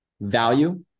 value